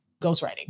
ghostwriting